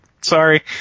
Sorry